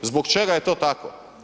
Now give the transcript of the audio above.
Zbog čega je to tako?